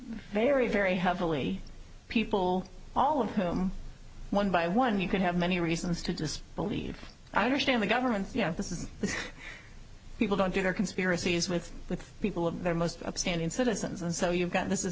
very very heavily people all of whom one by one you could have many reasons to just believe i understand the government yeah this is the people don't do their conspiracies with the people of their most upstanding citizens and so you've got this is